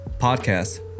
podcast